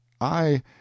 I